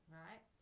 right